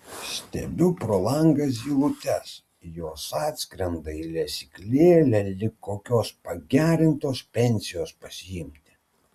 stebiu pro langą zylutes jos atskrenda į lesyklėlę lyg kokios pagerintos pensijos pasiimti